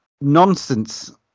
nonsense